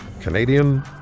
Canadian